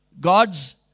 God's